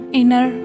inner